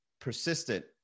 persistent